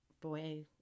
boy